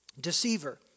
deceiver